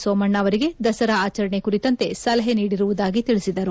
ಸೋಮಣ್ಣ ಅವರಿಗೆ ದಸರಾ ಆಚರಣೆ ಕುರಿತಂತೆ ಸಲಹೆ ನೀಡಿರುವುದಾಗಿ ತಿಳಿಸಿದರು